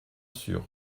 sûr